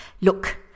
Look